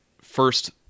first